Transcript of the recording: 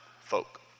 folk